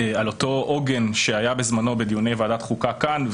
על אותו עוגן שהיה בזמנו בדיוני ועדת החוקה כאן,